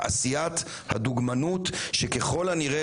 הדוגמנות שככול הנראה,